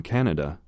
Canada